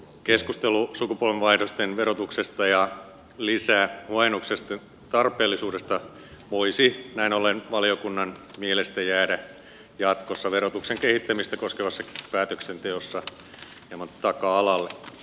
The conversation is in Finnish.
keskustelu sukupolvenvaihdosten verotuksesta ja lisähuojennuksen tarpeellisuudesta voisi näin ollen valiokunnan mielestä jäädä jatkossa verotuksen kehittämistä koskevassa päätöksenteossa hieman taka alalle